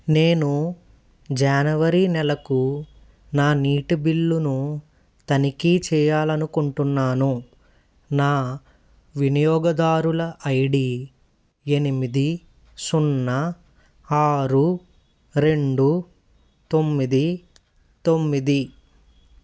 నేను జనవరి నెలకు నా నీటి బిల్లును తనిఖీ చేయాలనుకుంటున్నాను నా వినియోగదారుల ఐ డి ఎనిమిది సున్నా ఆరు రెండు తొమ్మిది తొమ్మిది